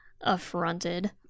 affronted